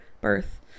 birth